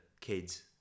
kids